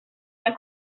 una